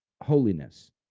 holiness